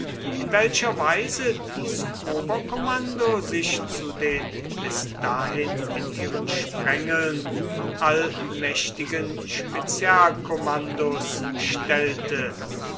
in welcher weise dies oberkommando sich zu den bis dahin in ihren sprengeln allmächtigen spezialkommandos stellte